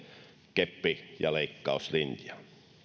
keppi ja leikkauslinjaan